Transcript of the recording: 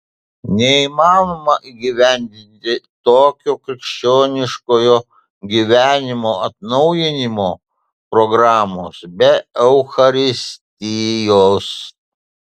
neįmanoma įgyvendinti tokios krikščioniškojo gyvenimo atnaujinimo programos be eucharistijos